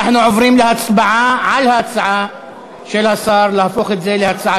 אנחנו עוברים להצבעה על ההצעה של השר להפוך את זה להצעה